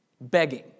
begging